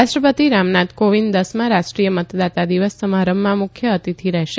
રાષ્ટ્રપતિ રામનાથ કોવિંદ દસમા રાષ્ટ્રીય મતદાતા દિવસ સમારંભમાં મુખ્ય અતિથિ રહેશે